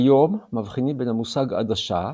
כיום, מבחינים בין המושג "עדשה"